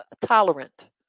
tolerant